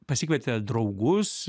pasikvietė draugus